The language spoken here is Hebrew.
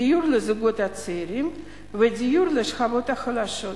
דיור לזוגות צעירים ודיור לשכבות החלשות.